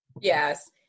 Yes